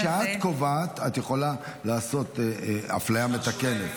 שאת קובעת את יכולה לעשות אפליה מתקנת.